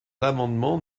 l’amendement